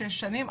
שש שנים.